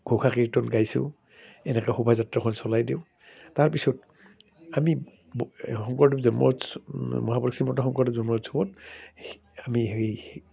ঘোষা কীৰ্তন গাইছোঁ এনেকে শোভাযাত্ৰাখন চলাই দিওঁ তাৰপিছত আমি এই শংকৰদেৱ জন্ম উৎসৱ মহাপুৰুষ শ্ৰীমন্ত শংকৰদেৱ জন্ম উৎসৱত সেই আমি সেই